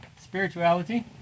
spirituality